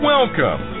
Welcome